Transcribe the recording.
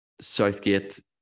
Southgate